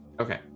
Okay